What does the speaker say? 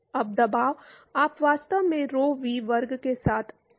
अब दबाव आप वास्तव में rho v वर्ग के साथ माप सकते हैं